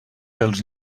pels